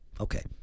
Okay